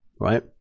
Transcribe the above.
right